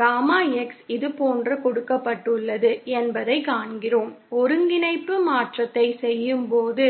gamma X இதுபோன்று கொடுக்கப்பட்டுள்ளது என்பதைக் காண்கிறோம் ஒருங்கிணைப்பு மாற்றத்தைச் செய்யும்போது